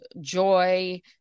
joy